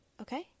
okay